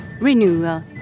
renewal